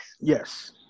Yes